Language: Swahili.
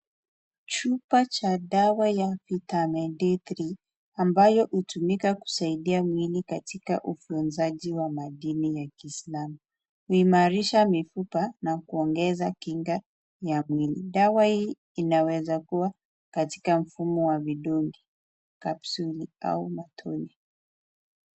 Chupa cha dawa ya vitamin d3 ambayo hutumika kusaidia mwili katika uvujaji wa madini ya kiislam huimarisha mifupa na kuongeza kinga ya mwili dawa hii inakuwa katika mfumo wa kidundi capsule ama matonje.